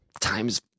times